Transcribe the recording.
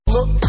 Look